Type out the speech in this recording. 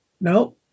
no